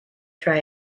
try